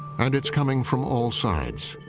and it's coming from all sides.